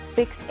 six